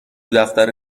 دفتر